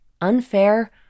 unfair